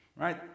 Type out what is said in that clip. right